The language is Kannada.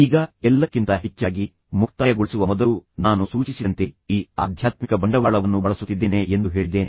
ಈಗ ಎಲ್ಲಕ್ಕಿಂತ ಹೆಚ್ಚಾಗಿ ಮುಕ್ತಾಯಗೊಳಿಸುವ ಮೊದಲು ನಾನು ಸೂಚಿಸಿದಂತೆ ಈ ಆಧ್ಯಾತ್ಮಿಕ ಬಂಡವಾಳವನ್ನು ಬಳಸುತ್ತಿದ್ದೇನೆ ಎಂದು ಹೇಳಿದ್ದೇನೆ